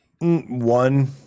one